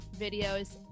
videos